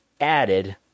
added